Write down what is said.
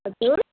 हजुर